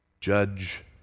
judge